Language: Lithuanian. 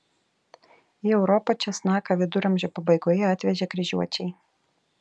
į europą česnaką viduramžių pabaigoje atvežė kryžiuočiai